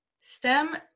STEM